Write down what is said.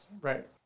right